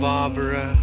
Barbara